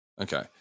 Okay